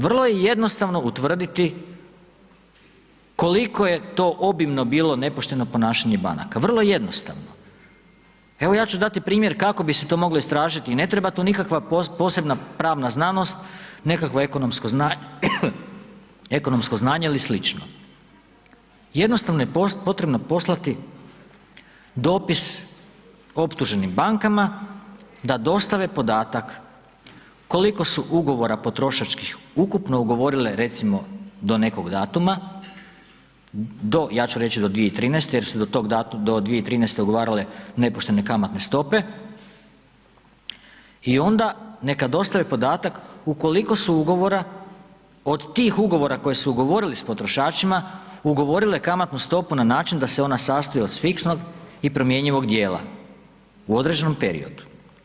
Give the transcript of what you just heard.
Vrlo je jednostavno utvrditi koliko je to obimno bilo nepošteno ponašanje banaka, vrlo jednostavno, evo ja ću dati primjer kako bi se to moglo istražiti, ne treba tu nikakva posebna pravna znanost, nekakvo ekonomsko znanje ili slično, jednostavno je potrebno poslati dopis optuženim bankama da dostave podatak koliko su ugovora potrošačkih ukupno ugovorile recimo do nekog datuma, do, ja ću reći do 2013. jer su do tog datuma, do 2013. ugovarale nepoštene kamatne stope i onda neka dostave podatak u koliko su ugovora, od tih ugovora koje su ugovorili s potrošačima, ugovorile kamatnu stopu na način da se ona sastoji od fiksnog i promjenjivog dijela u određenom periodu.